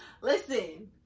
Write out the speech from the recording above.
Listen